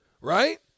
right